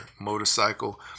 motorcycle